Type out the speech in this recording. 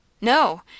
No